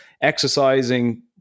exercising